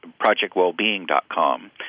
projectwellbeing.com